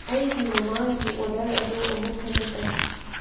ꯑꯩꯒꯤ ꯃꯃꯥꯡꯒꯤ ꯑꯣꯔꯗꯔ ꯑꯗꯨ ꯑꯃꯨꯛ ꯍꯟꯅ ꯇꯧ